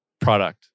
product